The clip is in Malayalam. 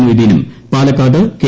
മൊയ്തീനും പാലക്കാട് കെ